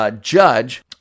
judge